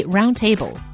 Roundtable